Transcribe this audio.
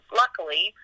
luckily